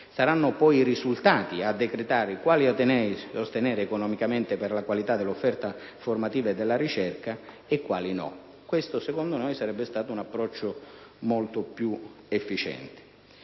Saranno poi i risultati a decretare quali atenei sostenere economicamente per la qualità dell'offerta formativa e della ricerca e quali no. Questo secondo noi sarebbe stato un approccio molto più efficiente.